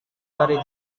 dari